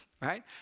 Right